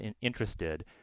interested